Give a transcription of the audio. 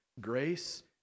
grace